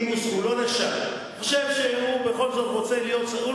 הוא חושב שהוא בכל זאת רוצה להיות שכיר.